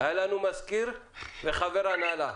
היה לנו מזכיר וחבר הנהלה.